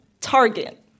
target